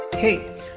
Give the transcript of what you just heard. Hey